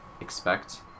expect